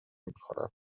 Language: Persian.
میکنم